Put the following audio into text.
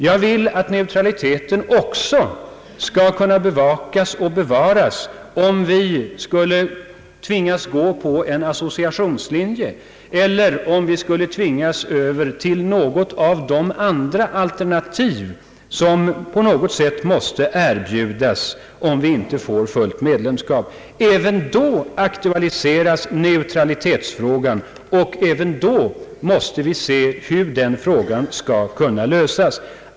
— Jag anser att neutraliteten också skall kunna bevakas och bevaras, om vi blir tvingade att gå på en associationslinje eller om vi tvingas över till något av de andra alternativ, som i alla fall måste erbjudas för den händelse vi inte får fullt medlemskap. Även då aktualiseras neutralitetsfrågan, och även då måste vi överväga hur den skall lösas.